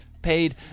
paid